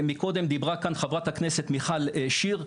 קודם דיברה כאן חברת הכנסת מיכל שיר,